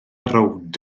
rownd